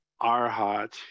arhat